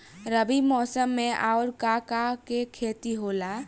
रबी मौसम में आऊर का का के खेती होला?